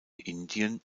indien